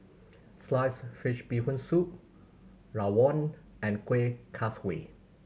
sliced fish Bee Hoon Soup rawon and Kueh Kaswi